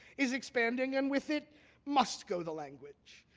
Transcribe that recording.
is expanding, and with it must go the language.